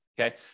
Okay